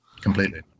Completely